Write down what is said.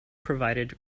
provided